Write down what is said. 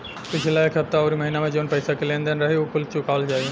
पिछला एक हफ्ता अउरी महीना में जवन पईसा के लेन देन रही उ कुल चुकावल जाई